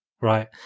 Right